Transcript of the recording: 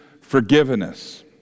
forgiveness